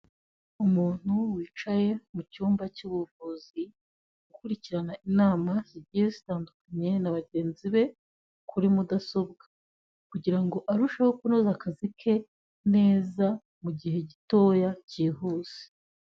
Umuntu wicaye mu cyumba cy'ubuvuzi, ukurikirana inama zigiye zitandukanye na bagenzi be, kuri Mudasobwa, kugira ngo arusheho kunoza akazi ke neza mu gihe gitoya byihuse.